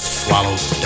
swallowed